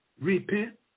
Repent